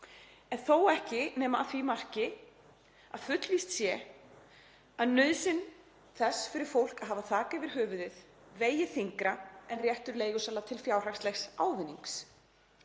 en þó ekki nema að því marki að fullvíst sé að nauðsyn fólks fyrir að hafa þak yfir höfuðið vegi þyngra en réttur leigusala til fjárhagslegs ávinnings.